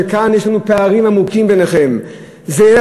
יש לנו כאן פערים עמוקים ביניכם ובינינו,